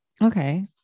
Okay